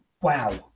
Wow